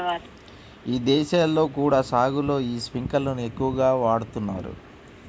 ఇదేశాల్లో కూడా సాగులో యీ స్పింకర్లను ఎక్కువగానే వాడతన్నారు